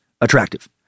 attractive